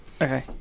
Okay